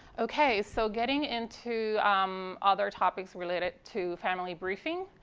okay. so getting into other topics related to family briefing,